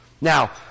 Now